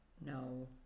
no